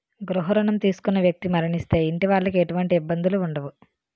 గృహ రుణం తీసుకున్న వ్యక్తి మరణిస్తే ఇంటి వాళ్లకి ఎటువంటి ఇబ్బందులు ఉండవు